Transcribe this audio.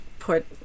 put